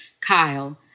Kyle